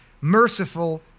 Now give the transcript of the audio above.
merciful